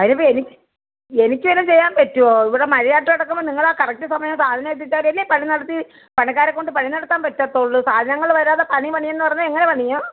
അതിനിപ്പോൾ എനി എനിക്ക് വല്ലതും ചെയ്യാൻ പറ്റുമോ ഇവിടെ മഴ ആയിട്ട് കിടക്കുമ്പോൾ നിങ്ങൾ ആ കറക്റ്റ് സമയം സാധനം എത്തിച്ചാലല്ലേ പണി നടത്തി പണിക്കാരെ കൊണ്ട് പണി നടത്താൻ പറ്റുള്ളൂ സാധനങ്ങൾ വരാതെ പണി പണി എന്ന് പറഞ്ഞാൽ എങ്ങനെ പണിയും